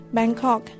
Bangkok